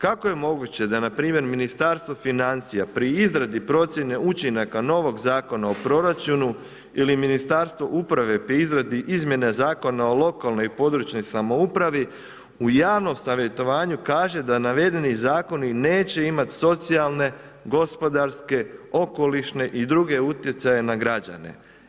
Kako je moguće da npr. Ministarstvo financija pri izradi procjene učinaka novog zakona o proračunu ili Ministarstvu uprave pri izradi izmjene Zakona o lokalnoj i područnoj samoupravi u javnom savjetovanju kaže da navedeni zakoni neće imati socijalne, gospodarske okolišne i druge utjecaje na građane.